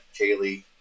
Kaylee